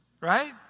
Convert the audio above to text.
right